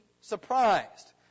surprised